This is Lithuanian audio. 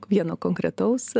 vieno konkretaus